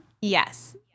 Yes